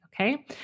Okay